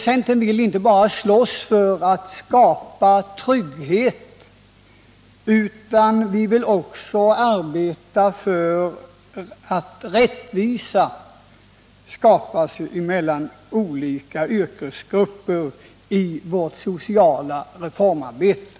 Centern vill inte bara slåss för att skapa trygghet utan vill också arbeta för att rättvisa skapas mellan olika yrkesgrupper i det sociala reformarbetet.